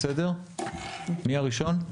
מי הראשון?